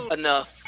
enough